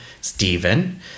Stephen